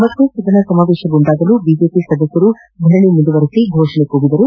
ಮತ್ತೆ ಸದನ ಸಮಾವೇಶಗೊಂಡಾಗಲೂ ಬಿಜೆಪಿ ಸದಸ್ಯರು ಧರಣಿ ಮುಂದುವರಿಸಿ ಫೋಷಣೆ ಕೂಗಿದರು